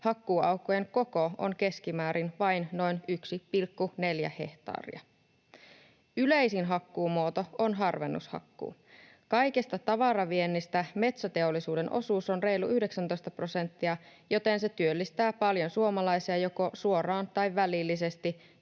Hakkuuaukkojen koko on keskimäärin vain noin 1,4 hehtaaria. Yleisin hakkuumuoto on harvennushakkuu. Kaikesta tavaraviennistä metsäteollisuuden osuus on reilu 19 prosenttia, joten se työllistää paljon suomalaisia joko suoraan tai välillisesti